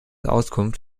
auskunft